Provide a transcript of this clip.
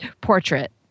portrait